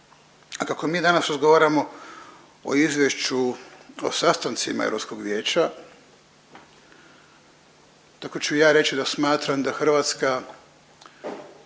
a kako mi danas razgovaramo o izvješću o sastancima Europskog vijeća tako ću ja reći da smatram da Hrvatska